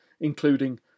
including